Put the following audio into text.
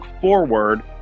forward